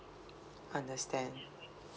understand